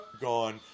gone